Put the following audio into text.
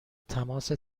تماس